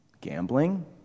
gambling